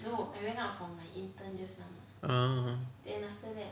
oh